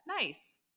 Nice